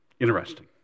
Interesting